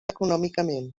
econòmicament